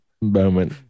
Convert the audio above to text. moment